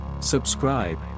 Subscribe